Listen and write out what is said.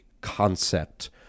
concept